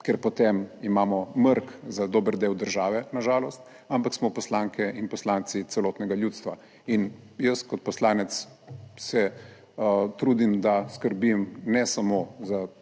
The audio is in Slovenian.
ker potem imamo mrk za dober del države, na žalost, ampak smo poslanke in poslanci celotnega ljudstva in jaz kot poslanec se trudim, da skrbim ne samo za